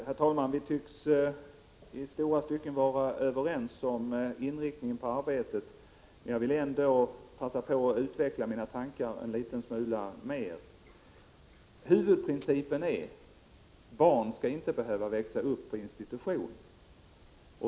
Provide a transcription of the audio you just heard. Herr talman! Vi tycks i stora stycken vara överens om inriktningen på arbetet. Jag vill ändå passa på att utveckla mina tankar en liten smula mer. Huvudprincipen är att barn inte skall behöva växa upp på institution.